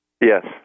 Yes